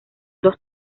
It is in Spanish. dos